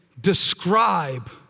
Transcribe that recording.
describe